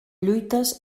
lluites